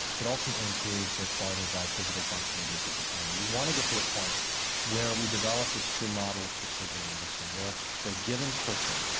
that ultimately improves their quality of life, physical function, reduces the pain. we want to get to the point where we develop this true model of precision medicine, where for a given person,